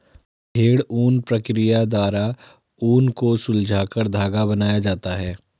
भेड़ ऊन प्रक्रिया द्वारा ऊन को सुलझाकर धागा बनाया जाता है